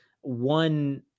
one